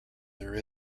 there